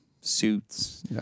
suits